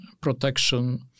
protection